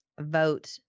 vote